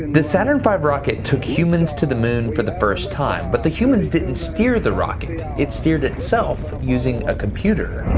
the saturn v rocket took humans to the moon for the first time, but the humans didn't steer the rocket. it steered itself using a computer.